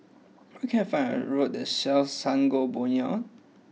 where can I find a road that sells Sangobion